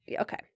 Okay